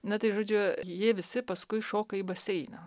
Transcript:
na tai žodžiu jie visi paskui šoka į baseiną